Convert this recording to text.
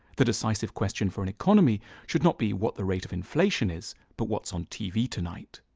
the decisive question for an economy should not be what the rate of inflation is but what's on tv tonight.